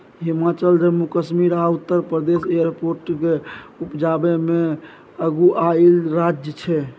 हिमाचल, जम्मू कश्मीर आ उत्तर प्रदेश एपरीकोट उपजाबै मे अगुआएल राज्य छै